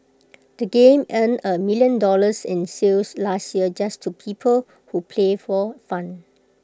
the game earned A million dollars in sales last year just to people who play for fun